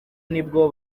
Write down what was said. nibwo